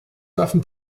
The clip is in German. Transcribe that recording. warfen